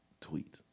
tweet